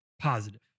Positive